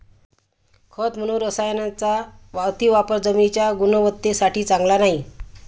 खत म्हणून रसायनांचा अतिवापर जमिनीच्या गुणवत्तेसाठी चांगला नाही